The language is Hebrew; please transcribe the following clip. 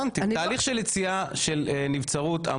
תהליך של יציאה של נבצרות,